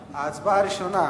הצבעה, ההצבעה הראשונה